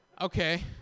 Okay